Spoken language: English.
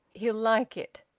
he'll like it.